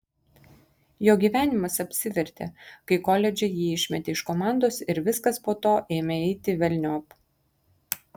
jo gyvenimas apsivertė kai koledže jį išmetė iš komandos ir viskas po to ėmė eiti velniop